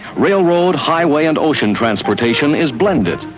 railroad, highway and ocean transportation is blended.